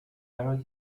very